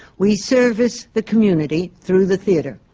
we service the community through the theatre.